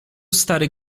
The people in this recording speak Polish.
stary